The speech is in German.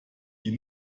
die